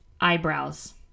Eyebrows